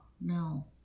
no